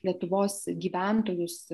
lietuvos gyventojus